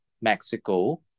Mexico